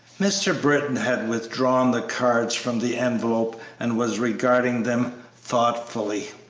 mr. britton had withdrawn the cards from the envelope and was regarding them thoughtfully.